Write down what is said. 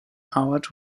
howard